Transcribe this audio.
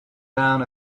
down